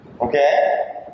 okay